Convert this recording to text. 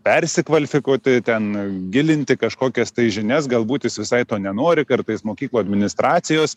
persikvalifikuoti ten gilinti kažkokias žinias galbūt jis visai to nenori kartais mokyklų administracijos